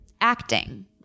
Acting